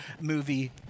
movie